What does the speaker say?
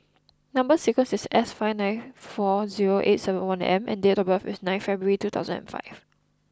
number sequence is S nine five four zero eight seven M and date of birth is nine February two thousand and five